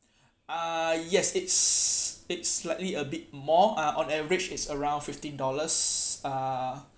uh yes average it's it's slightly a bit more uh on average it's around fifteen dollars uh